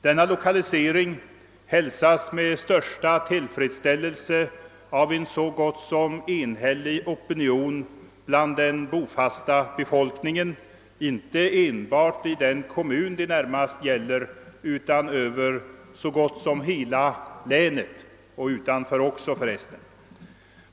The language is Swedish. Denna lokalisering hälsas med största tillfredsställelse av en så gott som enhällig opinion bland den bofasta befolkningen, inte enbart i den kommun det närmast gäller, utan över så gott som hela länet — och utanför också för resten.